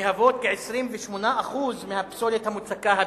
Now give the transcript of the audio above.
המהוות כ-28% מהפסולת המוצקה הביתית.